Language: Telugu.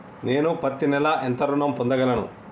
నేను పత్తి నెల ఎంత ఋణం పొందగలను?